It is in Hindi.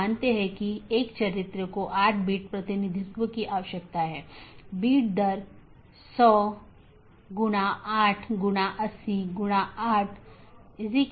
नेटवर्क लेयर रीचैबिलिटी की जानकारी जिसे NLRI के नाम से भी जाना जाता है